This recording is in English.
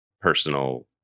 personal